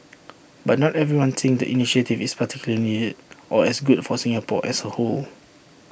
but not everyone thinks the initiative is particularly needed or as good for Singapore as A whole